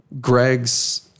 Greg's